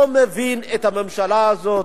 לא מבין את הממשלה הזאת,